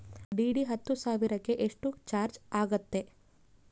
DD ಹತ್ತು ಸಾವಿರಕ್ಕೆ ಎಷ್ಟು ಚಾಜ್೯ ಆಗತ್ತೆ?